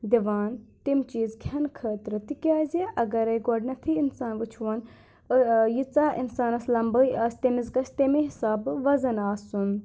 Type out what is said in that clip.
دِوان تِم چیٖز کھیٚنہٕ خٲطرٕ تِکیٛازِ اگرے گۄڈٕنیٚتھٕے اِنسان وٕچھہون ییٖژہ اِنسانَس لمبٲے آسہِ تٔمِس گژھِ تَمے حِسابہٕ وَزَن آسُن